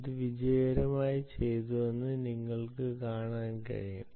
ഇത് വിജയകരമായി ചെയ്തുവെന്ന് നിങ്ങൾക്ക് കാണാൻ കഴിയും